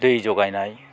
दै जगायनाय